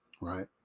right